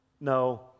No